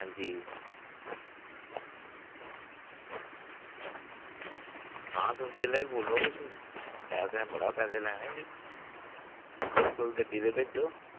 हां जी हां तुस जिसलै बी बोल्लो पैसें लैनें तुस गड्डी ते भेजो